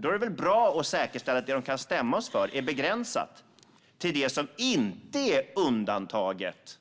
Då är det väl bra att säkerställa att det de kan stämma oss för är begränsat till det som inte är undantaget,